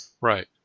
Right